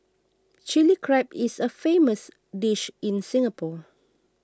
Chilli Crab is a famous dish in Singapore